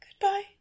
goodbye